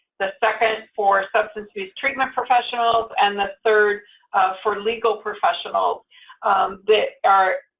the second for substance abuse treatment professionals, and the third for legal professionals that are,